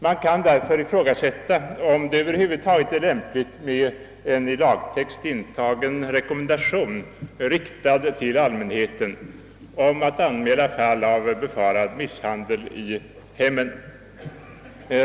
Man kan därför ifrågasätta om det över huvud taget är lämpligt med en i lagtext intagen rekommendation, riktad till allmänheten, om att anmäla fall av befarad misshandel i hemmet.